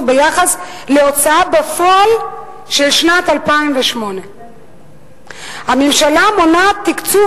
ביחס להוצאה בפועל של שנת 2008. הממשלה מונעת תקצוב